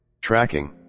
Tracking